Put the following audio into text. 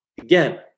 Again